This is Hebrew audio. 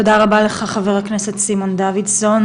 תודה רבה לך חבר הכנסת סימון דוידסון.